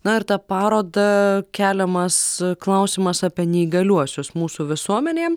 na ir ta paroda keliamas klausimas apie neįgaliuosius mūsų visuomenėje